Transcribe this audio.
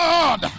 God